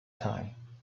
time